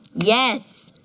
yes.